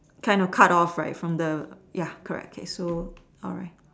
try to cut off right from the ya correct case so